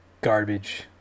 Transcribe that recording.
garbage